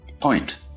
point